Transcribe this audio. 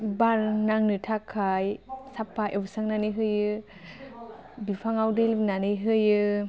बार नांनो थाखाय साबफा एवस्रांनानै होयो बिफाङाव दै लुनानै होयो